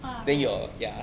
ah right